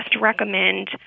recommend